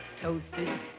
toasted